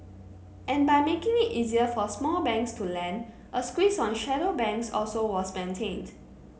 and by making it easier for small banks to lend a squeeze on shadow banks also was maintained